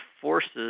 forces